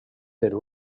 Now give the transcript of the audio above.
per